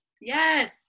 Yes